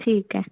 ठीक आहे